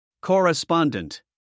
Correspondent